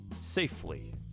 safely